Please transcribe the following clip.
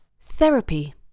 Therapy